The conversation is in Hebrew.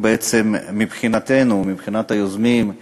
מבחינתנו היוזמים,